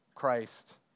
Christ